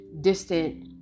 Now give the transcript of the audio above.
distant